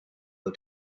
low